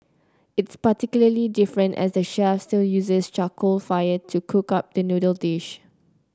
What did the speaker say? it's particularly different as the chef still uses charcoal fire to cook up the noodle dish